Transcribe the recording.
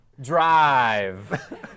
Drive